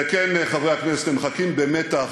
וכן, חברי הכנסת, אתם מחכים במתח,